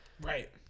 right